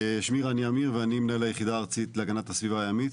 שמי רני עמיר ואני מנהל היחידה הארצית להגנת הסביבה הימית,